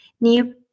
new